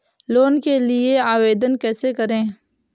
Loan के लिए आवेदन कैसे करें?